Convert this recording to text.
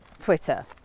Twitter